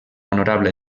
honorable